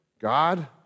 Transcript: God